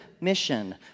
mission